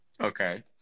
Okay